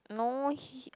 no he